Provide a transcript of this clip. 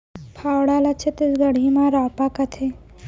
फावड़ा ल छत्तीसगढ़ी म रॉंपा कथें